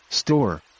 store